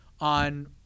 on